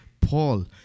Paul